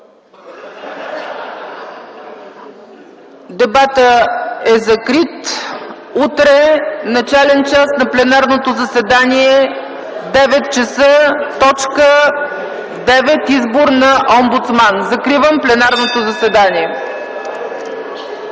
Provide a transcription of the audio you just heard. Дебатът е закрит. Утре, начален час на пленарното заседание 9,00 ч. Продължаваме с избор на Омбудсман. Закривам пленарното заседание.